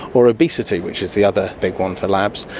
or obesity, which is the other big one for labs.